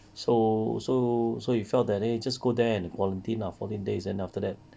so so so he felt that eh just go there and quarantine lah fourteen days then after that